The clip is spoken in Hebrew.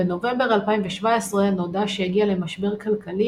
בנובמבר 2017 נודע שהגיע למשבר כלכלי,